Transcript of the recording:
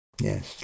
Yes